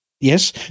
Yes